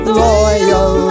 loyal